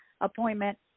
appointment